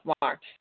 March